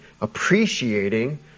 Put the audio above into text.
appreciating